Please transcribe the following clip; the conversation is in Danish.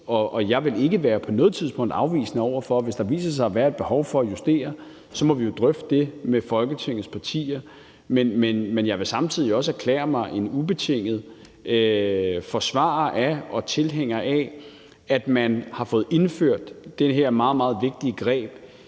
Jeg vil bestemt ikke på noget tidspunkt være afvisende over for det, hvis der viser sig at være et behov for at justere, og så må vi jo drøfte det med Folketingets partier. Men jeg vil samtidig også erklære mig en ubetinget forsvarer og tilhænger af, at man har fået indført det her meget, meget vigtige greb